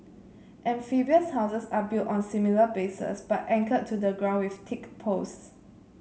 amphibious houses are built on similar bases but anchored to the ground with thick posts